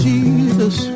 Jesus